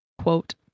quote